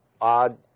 odd